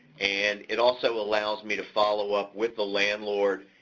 and it also allows me to follow up with the landlord,